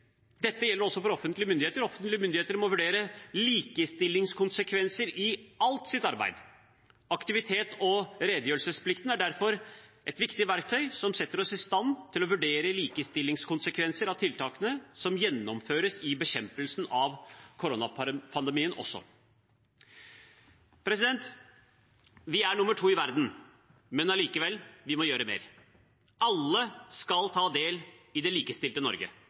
Offentlige myndigheter må vurdere likestillingskonsekvenser i alt sitt arbeid. Aktivitets- og redegjørelsesplikten er derfor et viktig verktøy som setter oss i stand til å vurdere likestillingskonsekvenser av tiltakene som gjennomføres i bekjempelsen av koronapandemien også. Vi er nr. 2 i verden, men allikevel – vi må gjøre mer. Alle skal ta del i det likestilte Norge